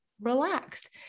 relaxed